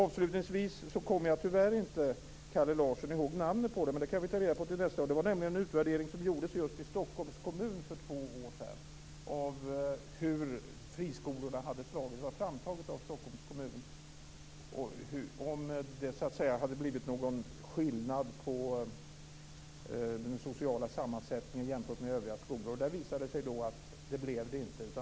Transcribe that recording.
Avslutningsvis, Kalle Larsson, kommer jag tyvärr inte ihåg namnet på undersökningen, men det kan vi ta reda på till nästa gång. Det var en utvärdering som gjordes i Stockholm för två år sedan, av Stockholms kommun, om hur friskolorna hade slagit, om det blev någon skillnad på den sociala sammansättningen jämfört med övriga skolor. Det visade sig att det blev det inte.